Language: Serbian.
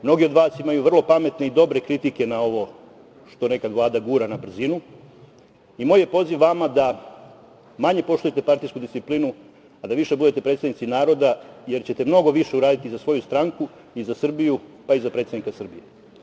Mnogi od vas imaju vrlo pametne i dobre kritike na ovo što nekad Vlada gura na brzinu i moj je poziv vama da manje poštujete partijsku disciplinu, a da više budete predstavnici naroda, jer ćete mnogo više uraditi za svoju stranku i za Srbiju, pa i za predsednika Srbije.